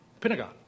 Pentagon